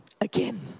again